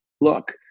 look